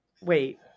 wait